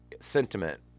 sentiment